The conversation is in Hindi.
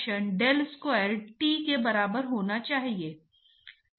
तो फ्लो प्रकार के दो वर्ग हैं जिन्हें लामिनार एंड टर्बूलेंट फ्लो कहा जाता है